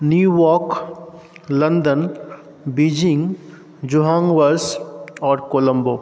New York London Beijing Johannesburg आओर कोलम्बो